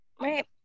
Right